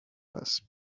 less